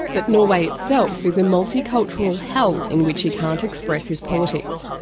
but norway itself is a multicultural hell in which he can't express his politics.